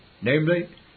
namely